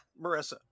marissa